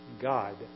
God